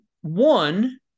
one